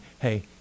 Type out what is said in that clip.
hey